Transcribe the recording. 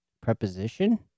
preposition